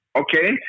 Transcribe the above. okay